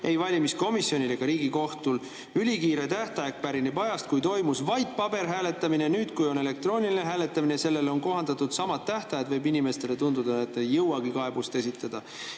ei valimiskomisjonil ega Riigikohtul. See ülikiire tähtaeg pärineb ajast, kui toimus vaid paberhääletamine. Nüüd, kui on elektrooniline hääletamine ja sellele on kohandatud samad tähtajad, võib inimestele tunduda, et ei jõuagi kaebust esitada.